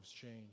change